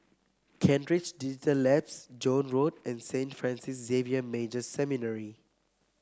Kent Ridge Digital Labs Joan Road and Saint Francis Xavier Major Seminary